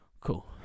Cool